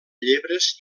llebres